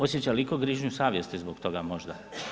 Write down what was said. Osjeća li itko grižnju savjesti zbog toga možda?